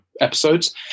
episodes